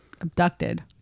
abducted